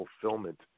fulfillment